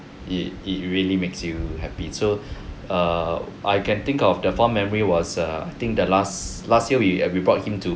it it really makes you happy so err I can think of the fond memory was err I think the last last year we eh we brought him to